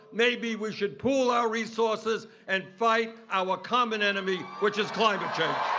maybe we should pool our resources and fight our common enemy, which is climate